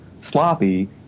sloppy